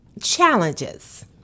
Challenges